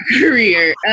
career